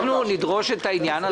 אנחנו נדרוש את התיאום.